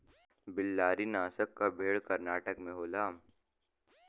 बेल्लारी नसल क भेड़ कर्नाटक में होला